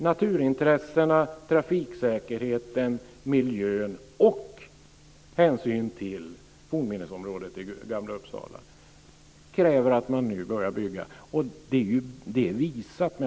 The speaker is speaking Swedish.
Naturintressena, trafiksäkerheten, miljön och hänsyn till fornminnesområdet i Gamla Uppsala kräver att man nu börjar bygga.